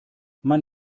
man